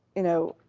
you know,